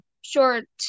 short